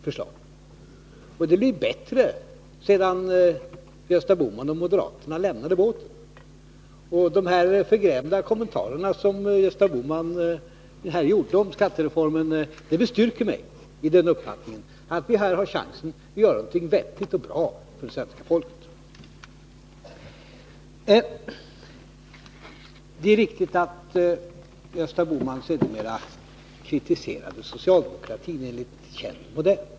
Det har blivit bättre sedan Gösta Bohman och moderaterna lämnade båten. Gösta Bohmans förgrämda kommentarer här om skattereformen styrker mig i min uppfattning att vi här har chansen att göra något vettigt och bra för svenska folket. Gösta Bohman har i dag kritiserat socialdemokratin enligt känd modell.